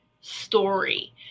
story